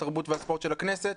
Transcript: התרבות והספורט של הכנסת.